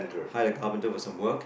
hired a carpenter with some work